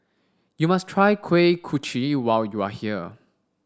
you must try kuih kochi when you are here